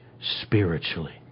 spiritually